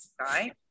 right